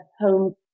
home